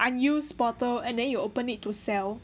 unused bottle and then you open it to sell